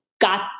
got